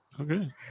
Okay